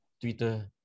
twitter